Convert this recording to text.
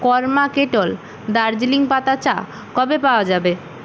কর্মা Kettle Darjeeling পাতা চা কবে পাওয়া যাবে